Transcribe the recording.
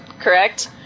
Correct